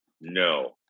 No